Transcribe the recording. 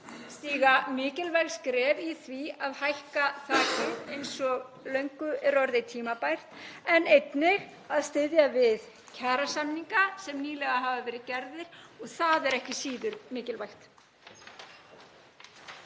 stíga mikilvæg skref í því að hækka þakið, eins og löngu er orðið tímabært, en einnig að styðja við kjarasamninga sem nýlega hafa verið gerðir. Það er ekki síður mikilvægt.